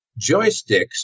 joysticks